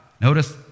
notice